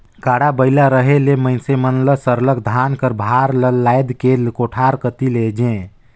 गाड़ा बइला रहें ले मइनसे मन सरलग धान कर भार ल लाएद के कोठार कती लेइजें